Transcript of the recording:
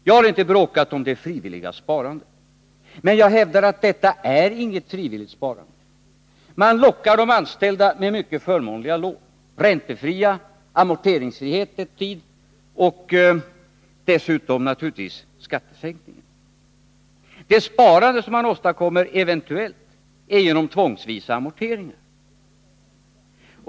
Jag har inte bråkat om det frivilliga sparandet, men jag hävdar att detta inte är något frivilligt sparande. Man lockar de anställda med mycket förmånliga lån. De är räntefria, och de anställda har amorteringsfrihet en tid. Dessutom får de tillgodogöra sig skattesänkningen. Det sparande man eventuellt kan få till stånd är det som kan åstadkommas genom tvångsvisa amorteringar.